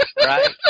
right